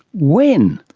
when?